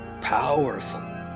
powerful